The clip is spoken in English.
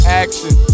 action